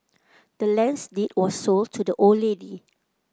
the land's deed was sold to the old lady